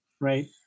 right